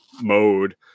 mode